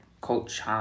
Coach